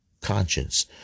conscience